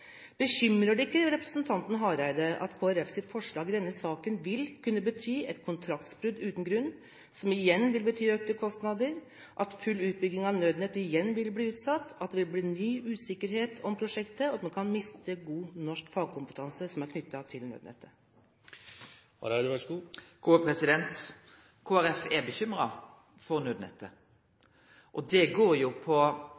Bekymrer det ikke representanten Hareide at Kristelig Folkepartis forslag i denne saken vil kunne bety et kontraktsbrudd uten grunn, som igjen vil bety økte kostnader – at full utbygging av Nødnett igjen vil bli utsatt, at det vil bli ny usikkerhet om prosjektet og at man kan miste god, norsk fagkompetanse som er knyttet til nødnettet? Kristeleg Folkeparti er bekymra for naudnettet, og det går på